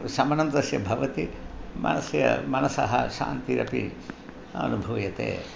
शमनं तस्य भवति मनस्य मनसः शान्तिरपि अनुभूयते